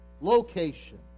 location